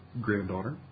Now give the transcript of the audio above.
granddaughter